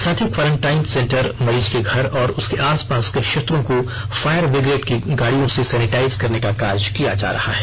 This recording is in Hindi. साथ ही क्वारंटाइन सेंटर मरीज के घर और उसके आसपास के क्षेत्रों को फायर ब्रिगेड की गाड़ियों से सैनिटाइज करने का कार्य किया जा रहा है